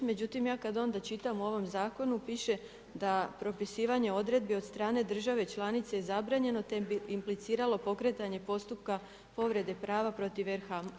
Međutim ja kad onda čitam u ovom zakonu piše da propisivanje odredbi od strane države članice je zabranjeno te bi impliciralo pokretanje postupka povrede prava protiv RH.